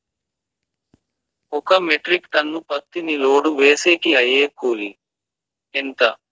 ఒక metric ton పత్తిని load వేసేకి అయ్యే కూలి ఎంత?